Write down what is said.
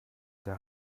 der